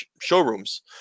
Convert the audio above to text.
showrooms